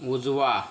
उजवा